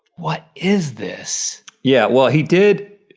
what is this? yeah well he did,